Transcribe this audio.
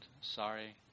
Sorry